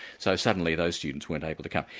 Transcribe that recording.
so suddenly those students weren't able to come.